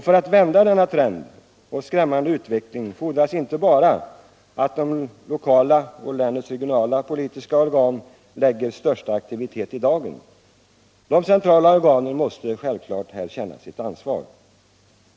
För att vända denna trend och denna skrämmande utveckling fordras inte bara att de lokala kommunala och de regionala politiska organen lägger största aktivitet i dagen. De centrala organen måste självfallet här känna sitt ansvar.